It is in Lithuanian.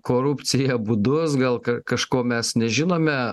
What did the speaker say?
korupcija būdus gal ka kažko mes nežinome